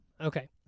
Okay